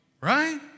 Right